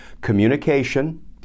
communication